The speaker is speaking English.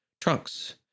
trunks